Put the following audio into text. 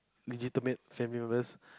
legitimate family members